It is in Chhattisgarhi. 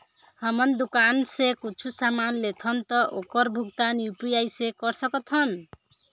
हमन दुकान से कुछू समान लेथन ता ओकर भुगतान यू.पी.आई से कर सकथन?